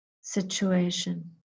situation